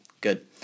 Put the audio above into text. Good